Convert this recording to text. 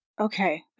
Okay